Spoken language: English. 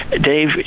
Dave